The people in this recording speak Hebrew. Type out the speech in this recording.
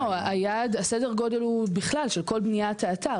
לא, סדר הגודל הוא בכלל של כל בניית האתר.